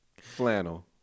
flannel